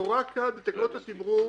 נורא קל בתקנות התמרור